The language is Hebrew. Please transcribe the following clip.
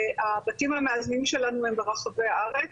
הבתים המאזנים שלנו הם ברחבי הארץ,